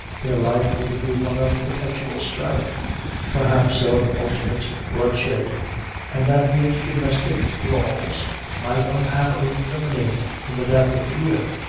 their life would be one of perpetual strife perhaps of ultimate bloodshed and that these domestic brawls might unhappily terminate in the death of either.